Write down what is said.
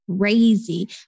crazy